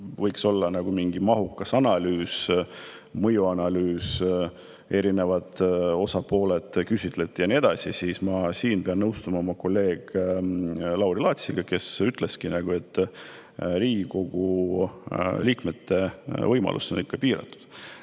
võiks olla mingi mahukas analüüs, mõjuanalüüs, küsitletud erinevaid osapooli ja nii edasi, siis ma siin pean nõustuma oma kolleegi Lauri Laatsiga, kes ütles, et Riigikogu liikmete võimalused on ikkagi piiratud.